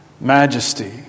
majesty